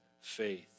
faith